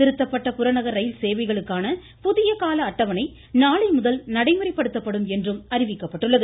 திருத்தப்பட்ட புறநகர் ரயில் சேவைகளுக்கான புதிய கால அட்டவணை நாளை முதல் நடைமுறை படுத்தப்படும் என்று அறிவிக்கப்பட்டுள்ளது